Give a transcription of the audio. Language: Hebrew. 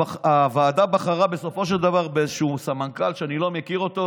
הוועדה בחרה בסופו של דבר באיזשהו סמנכ"ל שאני לא מכיר אותו,